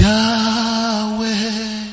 Yahweh